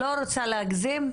אני לא רוצה להגזים,